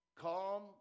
Calm